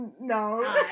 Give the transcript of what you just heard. No